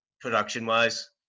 production-wise